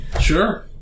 Sure